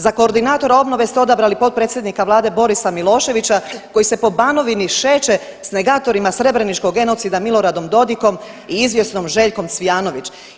Za koordinatora obnove ste odabrali potpredsjednika Vlade Borisa Miloševića koji se po Banovni šeće s negatorima Srebreničkog genocida Miloradom Dodigom i izvjesnom Željkom Cvijanović.